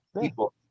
people